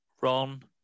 ron